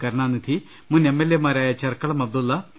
കരുണാനിധി മുൻ എംഎൽഎ മാരായ ചർക്കളം അബ്ദുള്ള ടി